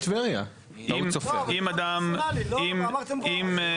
אם אדם --- אמרתם בועז.